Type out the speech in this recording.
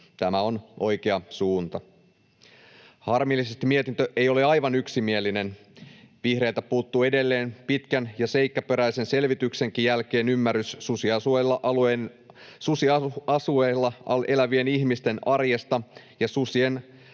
Tämä on oikea suunta. Harmillisesti mietintö ei ole aivan yksimielinen: vihreiltä puuttuu edelleen pitkän ja seikkaperäisen selvityksenkin jälkeen ymmärrys susialueilla elävien ihmisten arjesta ja susien